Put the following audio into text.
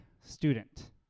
student